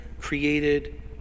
created